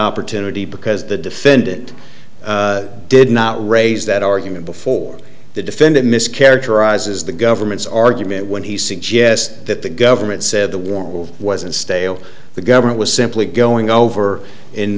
opportunity because the defendant did not raise that argument before the defendant mischaracterizes the government's argument when he suggests that the government said the war wasn't stale the government was simply going over in